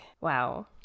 wow